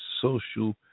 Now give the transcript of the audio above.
social